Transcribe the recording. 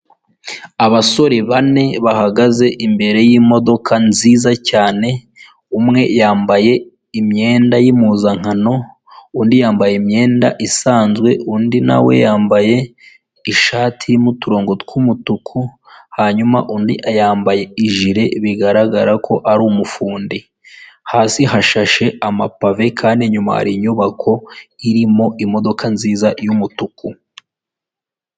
Abasore bane bahagaze imbere yimodoka nziza cyane, umwe yambaye imyenda yy' impuzankano undi yambaye imyenda isanzwe undi nawe yambaye ishati n' uturongo tw'umutuku hanyuma undi ayambaye i jile bigaragara ko ari umufundi hasi hashashe amapave kandi inyuma hari inyubako iri mu imodoka nziza yumutuku.